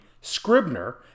Scribner